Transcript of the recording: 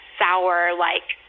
sour-like